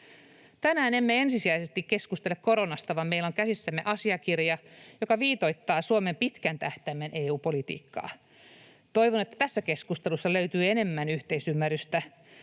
Tänään emme ensisijaisesti keskustele koronasta, vaan meillä on käsissämme asiakirja, joka viitoittaa Suomen pitkän tähtäimen EU-politiikkaa. Toivon, että tässä keskustelussa löytyy enemmän yhteisymmärrystä.